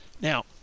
Now